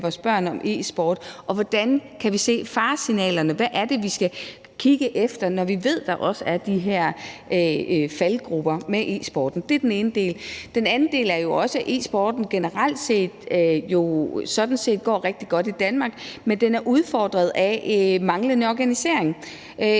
hvordan kan vi se faresignalerne; hvad er det, vi skal kigge efter, når vi ved, der også er de her faldgruber med e-sporten? Det er den ene del. Den anden del er jo også, at e-sporten sådan set generelt går rigtig godt i Danmark, men den er udfordret af manglende organisering.